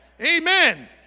amen